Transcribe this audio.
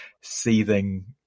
seething